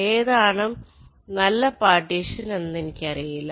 ഏതാണ് നല്ല പാർട്ടീഷൻ എന്ന് അറിയില്ല